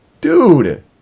Dude